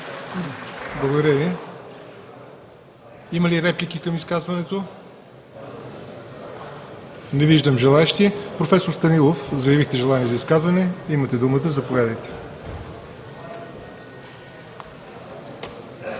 Благодаря Ви. Има ли реплики към изказването? Не виждам желаещи. Професор Станилов, заявихте желание за изказване – имате думата, заповядайте.